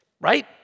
Right